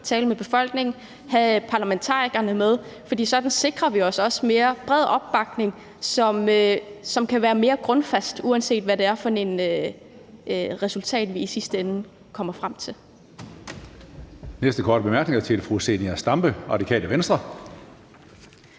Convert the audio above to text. tale med befolkningen og have parlamentarikerne med, for sådan sikrer vi os også mere bred opbakning, som kan være mere grundfæstet, uanset hvad det er for et resultat, vi i sidste ende kommer frem til.